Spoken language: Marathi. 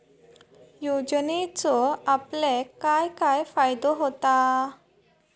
योजनेचो आपल्याक काय काय फायदो होता?